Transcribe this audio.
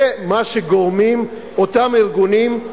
זה מה שגורמים אותם ארגונים,